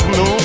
no